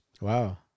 Wow